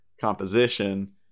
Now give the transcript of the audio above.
composition